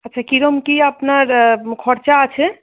আচ্ছা কিরকম কি আপনার খরচ আছে